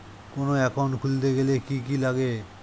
কোন একাউন্ট খুলতে গেলে কি কি লাগে?